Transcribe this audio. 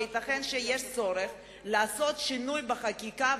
וייתכן שצריך לשנות את החקיקה,